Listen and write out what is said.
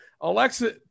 Alexa